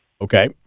Okay